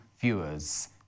viewers